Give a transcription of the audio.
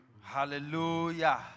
Hallelujah